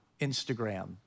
Instagram